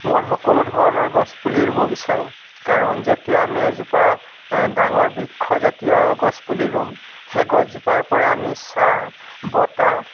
মই সকলো ধৰণৰ গছ পুলি ৰুব বিচাৰোঁ কাৰণ যেতিয়া আমি এজোপা ডাঙৰ বৃক্ষজাতীয় গছপুলি ৰুম সেই গছজোপাৰ পৰা আমি ছাঁ বতাহ